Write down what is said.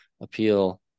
appeal